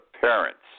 parents